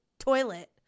toilet